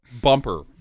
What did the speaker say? bumper